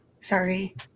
sorry